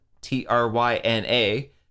T-R-Y-N-A